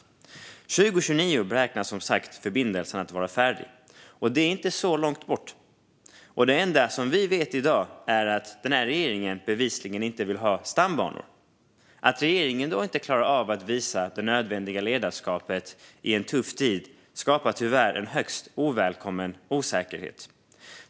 År 2029 beräknas som sagt förbindelsen vara färdig. Det är inte så långt bort. Det enda som vi vet i dag är att den här regeringen bevisligen inte vill ha stambanor. Att regeringen inte klarar av att visa det nödvändiga ledarskapet i en tuff tid skapar tyvärr en högst ovälkommen osäkerhet.